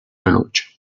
veloce